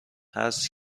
هست